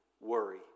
worry